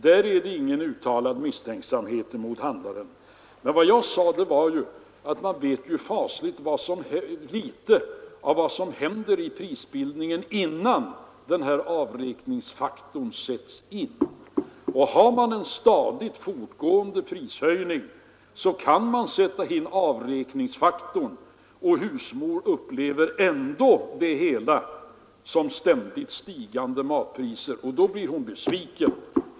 Här finns ingen uttalad misstänksamhet mot handlaren. Vad jag sade var att man vet fasligt litet om vad som händer i prisbildningen innan denna avräkningsfaktor sätts in. Har man en stadigt fortgående prishöjning kan man sätta in avräkningsfaktorn, och husmodern upplever ändå det hela som ständigt stigande matpriser. Och då blir hon besviken.